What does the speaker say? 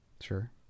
Sure